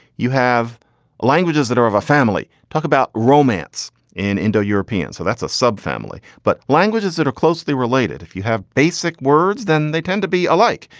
you have languages that are of a family talk about romance in indo-european. so that's a subfamily. but languages that are closely related, if you have basic words, then they tend to be alike.